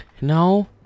no